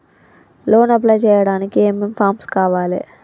Loan apply చేయడానికి ఏం ఏం ఫామ్స్ కావాలే?